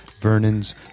vernon's